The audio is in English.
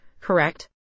correct